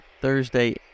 Thursday